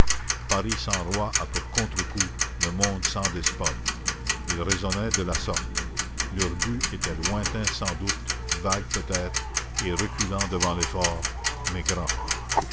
paris sans roi a pour contre-coup le monde sans despotes ils raisonnaient de la sorte leur but était lointain sans doute vague peut-être et reculant devant l'effort mais grand